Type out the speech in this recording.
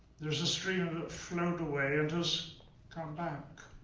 there is a stream that flowed away and has come back.